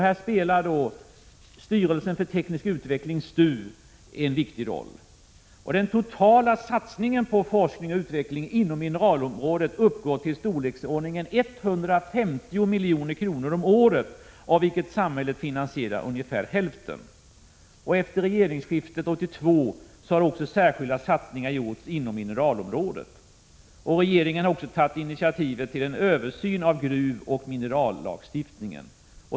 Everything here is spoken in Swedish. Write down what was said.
Här spelar styrelsen för teknisk utveckling, STU, en viktig roll. Den totala satsningen på forskning och utveckling inom mineralområdet uppgår till ca 150 milj.kr. om året, av vilket samhället finansierar ungefär hälften. Efter regeringsskiftet 1982 har också särskilda satsningar gjorts inom mineralområdet. Regeringen har även tagit initiativ till en översyn av gruvoch minerallagstiftningen.